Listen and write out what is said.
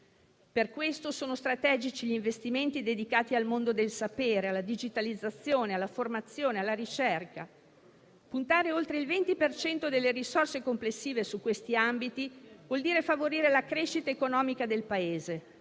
Per questo, sono strategici gli investimenti dedicati al mondo del sapere, alla digitalizzazione, alla formazione e alla ricerca. Puntare oltre il 20 per cento delle risorse complessive su questi ambiti vuol dire favorire la crescita economica del Paese,